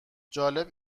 جالب